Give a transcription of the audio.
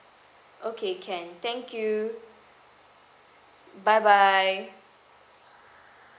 okay can thank you bye bye